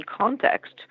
context